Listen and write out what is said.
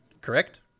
Correct